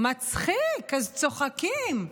מצחיק, אז צוחקים.